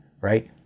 right